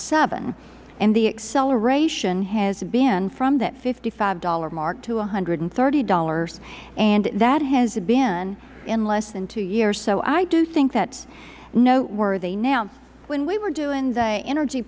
seven and the acceleration has been from that fifty five dollars mark to one hundred and thirty dollars and that has been in less than two years so i do think that is noteworthy now when we were doing the energy